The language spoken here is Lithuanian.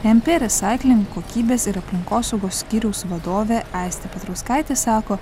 e em pė resaikling kokybės ir aplinkosaugos skyriaus vadovė aistė petrauskaitė sako